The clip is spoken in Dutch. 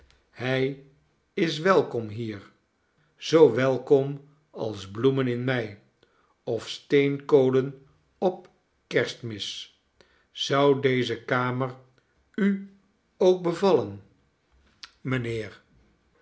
hij is welkom hier zoo welkom als bloemen in mei of steenkolen op kerstmis zou deze kamer u ook bevallen mijneen